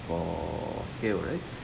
for scale right